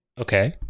Okay